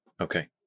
Okay